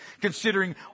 considering